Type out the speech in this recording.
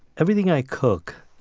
everything i cook,